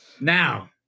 Now